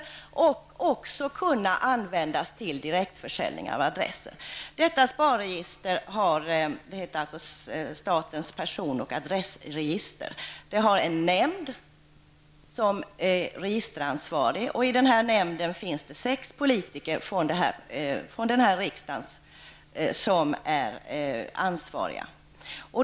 Det skulle också kunna användas till direktförsäljning av adresser. Detta SPAR-register, statens person och adressregister, har en nämnd som är registeransvarig. I denna nämnd finns sex politiker från riksdagen som är ansvariga.